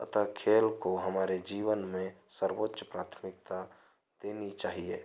अतः खेल को हमारे जीवन में सर्वोच्च प्राथमिकता देनी चाहिए